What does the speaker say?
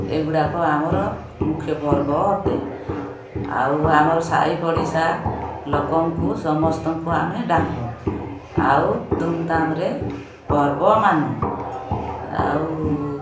ଏଗୁଡ଼ାକ ଆମର ମୁଖ୍ୟ ପର୍ବ ଅଟେ ଆଉ ଆମର ସାହି ପଡ଼ିଶା ଲୋକଙ୍କୁ ସମସ୍ତଙ୍କୁ ଆମେ ଡାକୁ ଆଉ ଧୁମ୍ଧାମ୍ରେ ପର୍ବ ମାନୁ ଆଉ